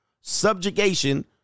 subjugation